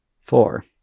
four